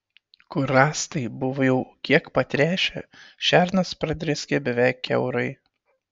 kur rąstai buvo jau kiek patręšę šernas pradrėskė beveik kiaurai